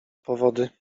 powody